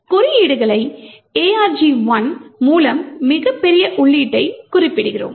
உள்ளீடுகளை argv1 மூலம் மிகப் பெரிய உள்ளீட்டைக் குறிப்பிடுகிறோம்